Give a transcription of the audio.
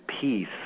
peace